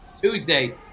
Tuesday